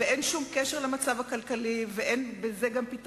ואין שום קשר בין זה ובין המצב הכלכלי,